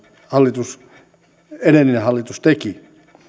hallitus teki nyt on otettava